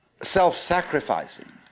self-sacrificing